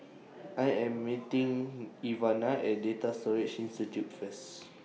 I Am meeting Ivana At Data Storage Institute First